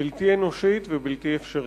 בלתי אנושית ובלתי אפשרית.